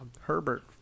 Herbert